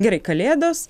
gerai kalėdos